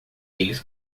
eles